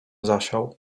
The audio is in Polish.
zasiał